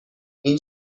این